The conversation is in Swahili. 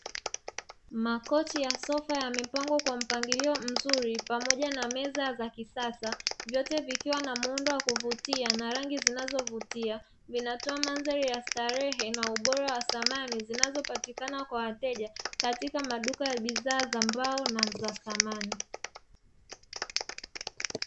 Makochi ya sofa yamepangwa kwa mpangilio mzuri pamoja na meza za kisasa, vyote vikiwa na muundo wa kuvutia na rangi zinazovutia, vinatoa mandhari ya starehe na ubora wa samani zinazopatikana kwa wateja katika maduka ya bidhaa za mbao na za samani.